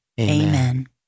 Amen